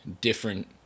different